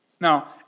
Now